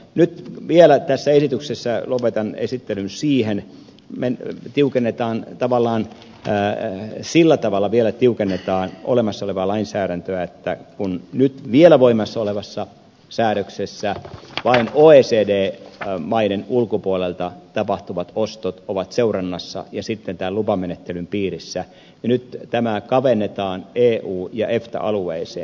nyt vielä tässä esityksessä lopetan esittelyn siihen me tavallaan sillä tavalla vielä tiukennamme olemassa olevaa lainsäädäntöä että kun nyt vielä voimassa olevassa säädöksessä vain oecd maiden ulkopuolelta tapahtuvat ostot ovat seurannassa ja sitten tämän lupamenettelyn piirissä niin nyt tämä kavennetaan eu ja efta alueeseen